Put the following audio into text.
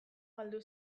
galdu